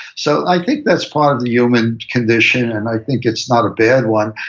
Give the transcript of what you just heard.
so i think that's part of the human condition, and i think it's not a bad one.